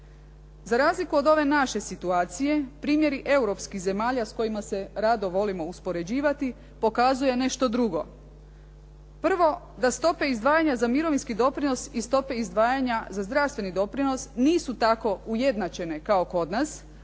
Za razliku od ove naše situacije primjeri europskih zemalja s kojima se rado volimo uspoređivati pokazuje nešto drugo. Prvo da stope izdvajanja za mirovinski doprinos i stope izdvajanja za zdravstveni doprinos nisu tako ujednačene kao kod nas,